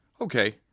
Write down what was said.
Okay